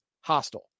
Hostile